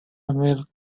manuel